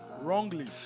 Wrongly